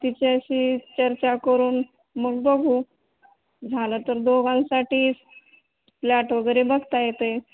तिच्याशी चर्चा करून मग बघू झालं तर दोघांसाठी फ्लॅट वगैरे बघता येते